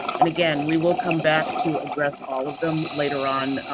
and, again, we will come back to address all of them later on.